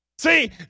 See